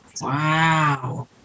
Wow